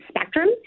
spectrum